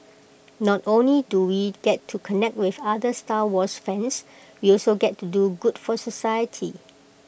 not only do we get to connect with other star wars fans we also get to do good for society